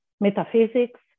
metaphysics